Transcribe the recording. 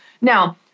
Now